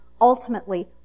ultimately